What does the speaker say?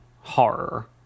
horror